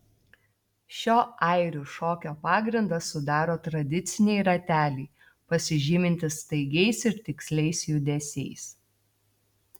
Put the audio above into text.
šio airių šokio pagrindą sudaro tradiciniai rateliai pasižymintys staigiais ir tiksliais judesiais